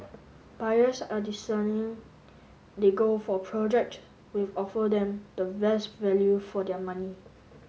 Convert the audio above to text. buyers are discerning they go for project with offer them the best value for their money